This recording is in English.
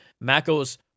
Maco's